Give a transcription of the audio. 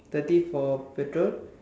thirty for petrol